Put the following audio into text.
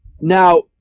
now